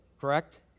correct